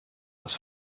das